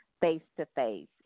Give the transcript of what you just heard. face-to-face